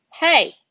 Hey